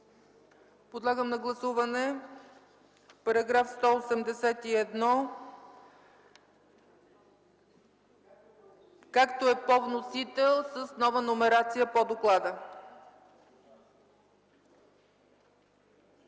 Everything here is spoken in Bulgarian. Подлагам на гласуване § 181, както е по вносител, с нова номерация по доклада.